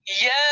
Yes